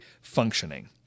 functioning